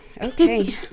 Okay